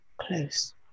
close